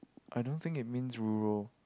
I don't think it means rural